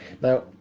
Now